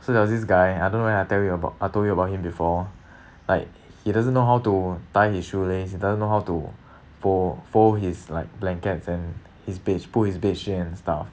so there was this guy I don't know whether I tell you about I told you about him before like he doesn't know how to tie his shoelace he doesn't know how to fold fold his like blankets and his beds put his bedsheet and stuff